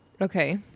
okay